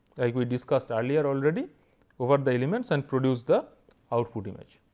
like we discussed earlier already over the elements and produce the output image.